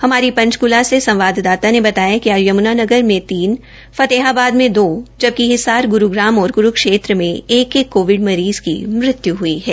हमारी पंचकूला से संवाददाता ने बताया कि आ यमुनानगर में तीन फतेहाबाद में दो बकि हिसार गुरूग्राम और कुरूक्षेत्र में एक एक कोविड मरीज़ की मृत्यु हुई है